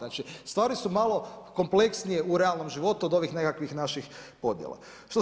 Znači stvari su malo kompleksnije u realnom životu od ovih nekakvih naših podjela.